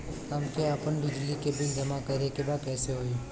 हमके आपन बिजली के बिल जमा करे के बा कैसे होई?